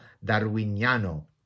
darwiniano